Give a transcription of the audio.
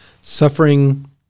Suffering